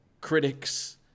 critics